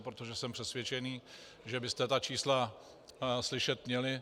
Protože jsem přesvědčen, že byste ta čísla slyšet měli.